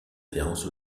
référence